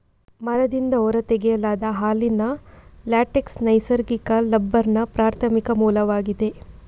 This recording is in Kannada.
ಮರದಿಂದ ಹೊರ ತೆಗೆಯಲಾದ ಹಾಲಿನ ಲ್ಯಾಟೆಕ್ಸ್ ನೈಸರ್ಗಿಕ ರಬ್ಬರ್ನ ಪ್ರಾಥಮಿಕ ಮೂಲವಾಗಿದೆ